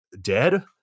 dead